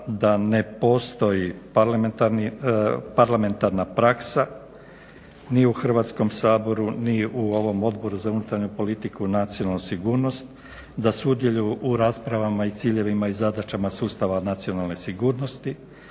da ne postoji parlamentarna praksa ni u Hrvatskom saboru, ni u ovom Odboru za unutarnju politiku i nacionalnu sigurnost, da sudjeluju u raspravama i ciljevima i zadaćama sustava nacionalne sigurnosti,